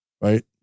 Right